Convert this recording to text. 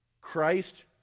Christ